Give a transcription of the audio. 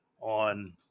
on